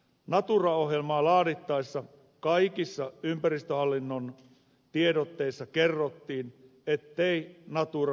natura ohjelmaa laadittaessa kaikissa ympäristöhallinnon tiedotteissa kerrottiin ettei natura rajoita metsästystä